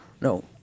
no